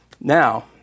now